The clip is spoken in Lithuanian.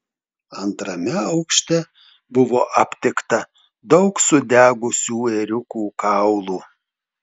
antrame aukšte buvo aptikta daug sudegusių ėriukų kaulų